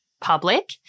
public